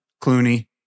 Clooney